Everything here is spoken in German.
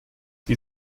die